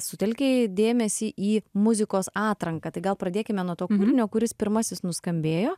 sutelkei dėmesį į muzikos atranką kuris pirmasis nuskambėjo